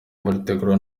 muritegurirwa